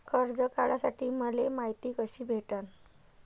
कर्ज काढासाठी मले मायती कशी भेटन?